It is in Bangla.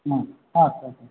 হুম আচ্ছা আচ্ছা